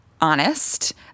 honest